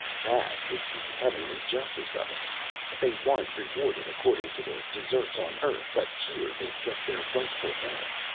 that is the heavenly justice of it they warn't rewarded according to their deserts, on earth, but here they get their rightful rank.